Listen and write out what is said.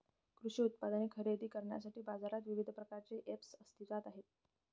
कृषी उपकरणे खरेदी करण्यासाठी बाजारात विविध प्रकारचे ऐप्स अस्तित्त्वात आहेत